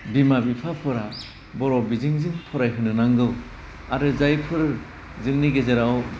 बिमा बिफाफोरा बर' बिजोंजोंं फरायहोनो नांगौ आरो जायफोर जोंनि गेजेराव